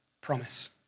promise